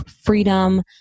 freedom